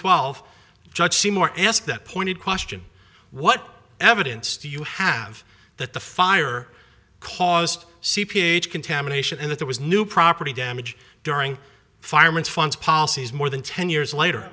twelve judge seymour asked that pointed question what evidence do you have that the fire caused c p h contamination and that there was new property damage during fireman's fund policies more than ten years